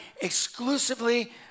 exclusively